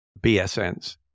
BSNs